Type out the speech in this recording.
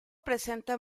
presenta